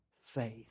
faith